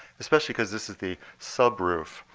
especially because this is the subroof.